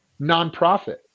nonprofit